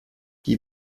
die